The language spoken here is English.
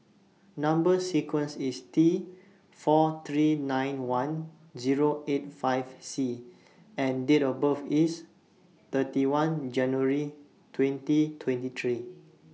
Number sequence IS T four three nine one Zero eight five C and Date of birth IS thirty one January twenty twenty three